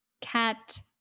cat